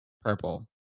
purple